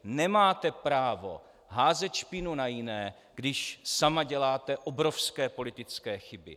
Nemáte právo házet špínu na jiné, když sama děláte obrovské politické chyby.